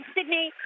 Sydney